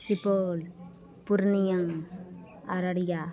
Supaul Purnia Araria